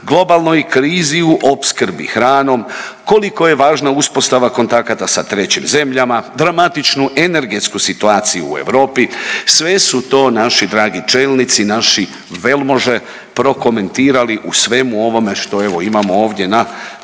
globalnoj krizi u opskrbi hranom, koliko je važna uspostava kontakata sa trećim zemljama, dramatičnu energetsku situaciju u Europi, sve su to naši dragi čelnici, naši velmože prokomentirali u svemu ovome što evo imamo ovdje na